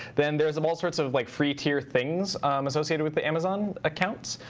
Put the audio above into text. then there's um all sorts of like free tier things associated with the amazon accounts.